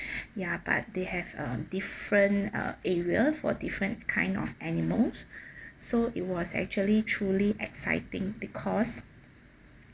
ya but they have a different uh area for different kind of animals so it was actually truly exciting because